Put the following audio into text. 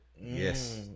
Yes